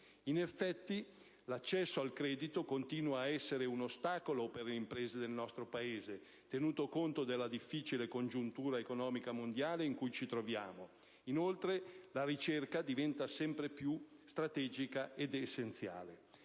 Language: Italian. In effetti, l'accesso al credito continua ad essere un ostacolo per le imprese del nostro Paese, tenuto conto della difficile congiuntura economica mondiale in cui ci troviamo. Inoltre, la ricerca diventa sempre più strategica ed essenziale.